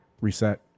reset